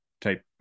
type